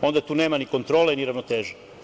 onda tu nema ni kontrole ni ravnoteže.